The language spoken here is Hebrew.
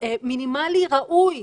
מינימלי ראוי